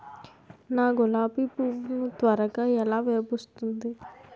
నా గులాబి పువ్వు ను త్వరగా ఎలా విరభుస్తుంది?